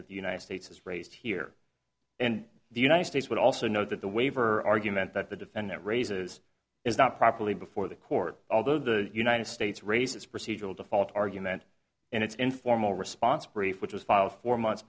that the united states has raised here and the united states would also note that the waiver argument that the defendant raises is not properly before the court although the united states raises procedural default argument in its informal response brief which was filed four months